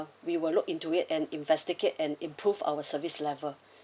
we will look into it and investigate and improve our service level